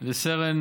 וסרן,